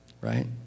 right